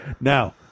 Now